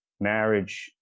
marriage